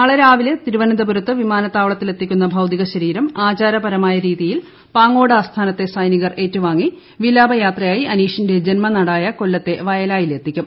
നാളെ രാവിലെ തിരുവനന്തപുരം വിമാനത്താവളത്തിൽ എത്തിക്കുന്ന ഭൌതികശരീരം ആചാരപരമായ രീതിയിൽ പാങ്ങോട് ആസ്ഥാനത്തെ സൈനികർ ഏറ്റുവാങ്ങി വിലാപയാത്രയായി അനീഷിന്റെ ജന്മനാടായ കൊല്ലത്തെ വയലയിലെത്തിക്കും